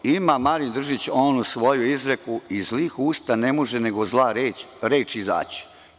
Ima Marin Držić onu svoju izreku „iz zlih usta ne može nego zla reč izaći“